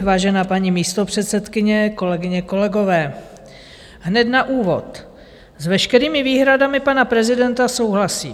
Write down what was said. Vážená paní místopředsedkyně, kolegyně, kolegové, hned na úvod s veškerými výhradami pana prezidenta souhlasím.